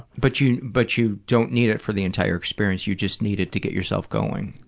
but you but you don't need it for the entire experience, you just need it to get yourself going?